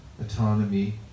autonomy